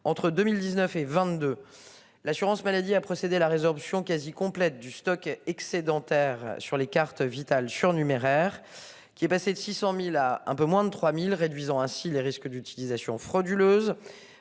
entre 2019 et 22. L'assurance maladie a procédé la résorption quasi complète du stock excédentaire sur les cartes vitales surnuméraires qui est passé de 600.000 à un peu moins de 3000 réduisant ainsi les risques d'utilisation frauduleuse